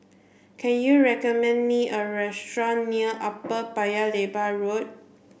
can you recommend me a restaurant near Upper Paya Lebar Road